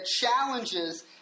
challenges